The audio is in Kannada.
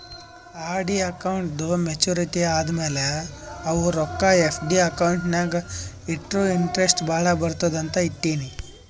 ಆರ್.ಡಿ ಅಕೌಂಟ್ದೂ ಮೇಚುರಿಟಿ ಆದಮ್ಯಾಲ ಅವು ರೊಕ್ಕಾ ಎಫ್.ಡಿ ಅಕೌಂಟ್ ನಾಗ್ ಇಟ್ಟುರ ಇಂಟ್ರೆಸ್ಟ್ ಭಾಳ ಬರ್ತುದ ಅಂತ್ ಇಟ್ಟೀನಿ